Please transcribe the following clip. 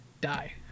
die